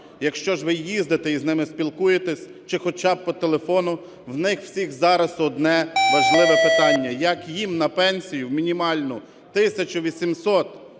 Якщо ж ви їздите і з ними спілкуєтесь чи хоча б по телефону, у них зараз одне важливе питання: як їм на пенсію мінімальну в 1